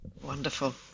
Wonderful